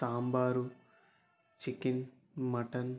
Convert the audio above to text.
sambar chicken mutton